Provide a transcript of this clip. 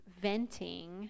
venting